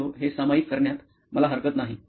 हे सामायिक करण्यात मला हरकत नाही